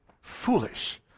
foolish